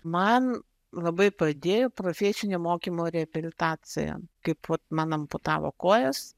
man labai padėjo profesinio mokymo reabilitacija kaip man amputavo kojas